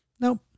Nope